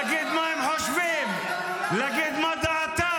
-- להגיד מה הם חושבים, להגיד מה דעתם.